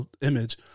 image